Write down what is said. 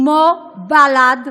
כמו בל"ד,